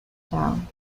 town